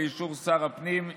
באישור שר הפנים,